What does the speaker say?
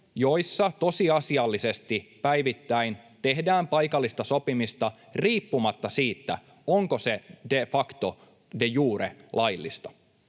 joissa tosiasiallisesti päivittäin tehdään paikallista sopimista riippumatta siitä, onko se de facto, de jure laillista.